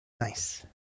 Nice